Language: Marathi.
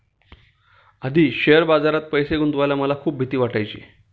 आधी शेअर बाजारात पैसे गुंतवायला मला खूप भीती वाटायची